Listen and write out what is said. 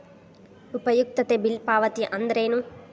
ಉಪಯುಕ್ತತೆ ಬಿಲ್ ಪಾವತಿ ಅಂದ್ರೇನು?